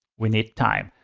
we need time,